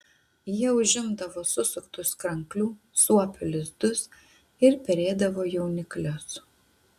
jie užimdavo susuktus kranklių suopių lizdus ir perėdavo jauniklius